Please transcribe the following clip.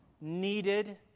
needed